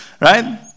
right